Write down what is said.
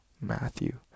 Matthew